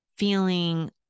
feeling